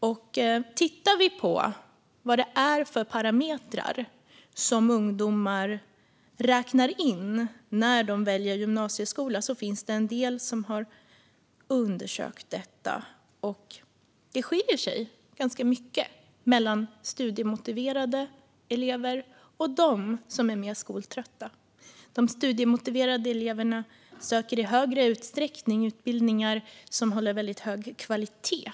Det har undersökts vilka parametrar som ungdomar räknar in när de väljer gymnasieskola. Det skiljer sig ganska mycket mellan studiemotiverade elever och dem som är mer skoltrötta. De studiemotiverade eleverna söker i högre utsträckning utbildningar som håller hög kvalitet.